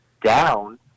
down